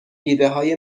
ایدههای